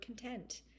content